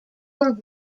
were